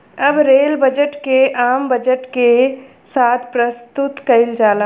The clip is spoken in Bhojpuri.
अब रेल बजट के आम बजट के साथ प्रसतुत कईल जाला